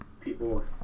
people